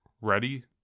ready